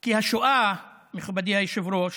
כי השואה, מכובדי היושב-ראש,